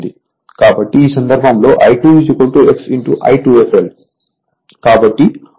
కాబట్టి ఈ సందర్భంలో I2 x I2fl కాబట్టి అవుట్పుట్ x Pfl